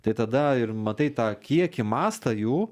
tai tada ir matai tą kiekį mastą jų